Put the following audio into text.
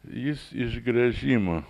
jis iš gręžimo